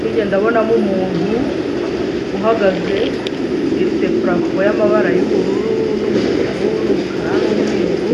hirya ndabonamo umuntu uhagaze, ifite purafu yamabara yubururu n'umutuku n'umukara n'umweru,